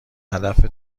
هدف